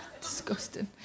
Disgusting